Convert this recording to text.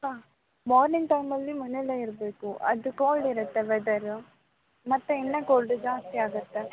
ಹಾಂ ಮಾರ್ನಿಂಗ್ ಟೈಮಲ್ಲಿ ಮನೆಯಲ್ಲೆ ಇರಬೇಕು ಅದು ಕೋಲ್ಡ್ ಇರುತ್ತೆ ವೆದರು ಮತ್ತು ಇನ್ನೂ ಕೋಲ್ಡು ಜಾಸ್ತಿ ಆಗುತ್ತೆ